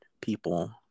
people